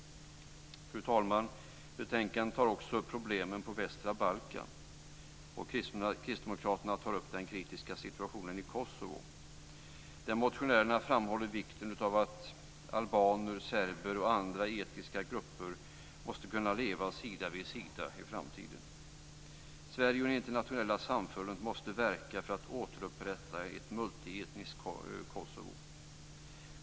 Herr talman! Betänkandet tar också upp problemen på västra Balkan, och Kristdemokraterna tar upp den kritiska situationen i Kosovo. Motionärerna framhåller vikten av att albaner, serber och andra etniska grupper kan leva sida vid sida i framtiden. Sverige och det internationella samfundet måste verka för att återupprätta ett multietniskt Kosovo.